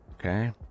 Okay